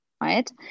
right